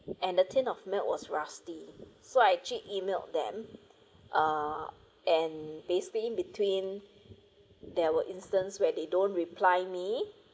and the tin of milk was rusty so I actually emailed them err and basically in between there were instance where they don't reply me